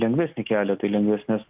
lengvesnį kelią tai lengvesnes